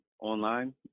online